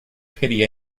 pity